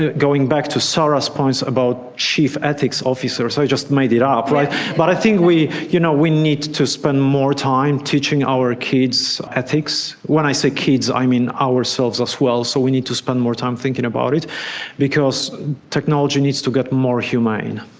going back to sarah's points about chief ethics officers, i just made it up, but i think we you know we need to spend more time teaching our kids ethics. when i say kids i mean ourselves as well, so we need to spend more time thinking about it because technology needs to get more humane.